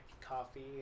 coffee